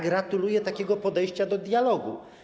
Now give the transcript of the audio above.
Gratuluję takiego podejścia do dialogu.